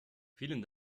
vielen